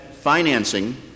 financing